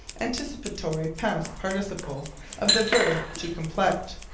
anticipatory past participle of the verb to complect.